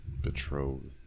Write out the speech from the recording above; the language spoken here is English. Betrothed